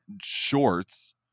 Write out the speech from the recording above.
shorts